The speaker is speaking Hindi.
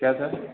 क्या सर